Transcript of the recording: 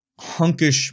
hunkish